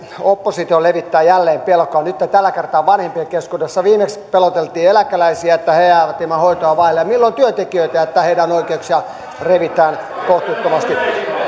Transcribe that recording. oppositio levittää jälleen pelkoa nytten tällä kertaa vanhempien keskuudessa viimeksi peloteltiin eläkeläisiä että he jäävät hoitoa vaille ja milloin pelotellaan työntekijöitä että heidän oikeuksiaan revitään kohtuuttomasti